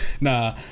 nah